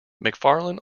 macfarlane